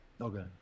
okay